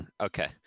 okay